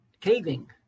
caving